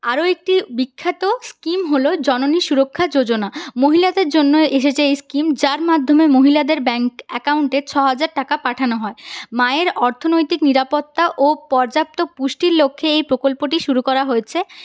আরও একটি বিখ্যাত স্কিম হল জননী সুরক্ষা যোজনা মহিলাদের জন্য এসেছে এই স্কিম যার মাধ্যমে মহিলাদের ব্যাংক অ্যাকাউন্টে ছহাজার টাকা পাঠানো হয় মায়ের অর্থনৈতিক নিরাপত্তা ও পর্যাপ্ত পুষ্টির লক্ষ্যে এই প্রকল্পটি শুরু করা হয়েছে